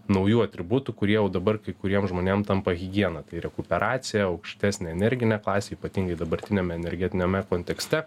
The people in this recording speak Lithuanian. naujų atributų kurie jau dabar kai kuriem žmonėm tampa higiena tai rekuperacija aukštesnė energinė klasė ypatingai dabartiniame energetiniame kontekste